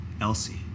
Elsie